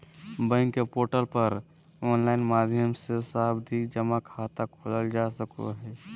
bank के portal पर online माध्यम से सावधि जमा खाता खोलल जा सको हय